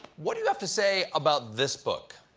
what do you have to say about this book?